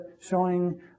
showing